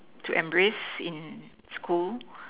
to embrace in school